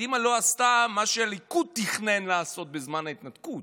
קדימה לא עשתה מה שהליכוד תכנן לעשות בזמן ההתנתקות,